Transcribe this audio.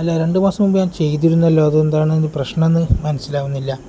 അല്ല രണ്ട് മാസം മുമ്പ് ഞാൻ ചെയ്തിരുന്നല്ലോ അത് എന്താണ് പ്രശ്നം എന്ന് മനസ്സിലാവുന്നില്ല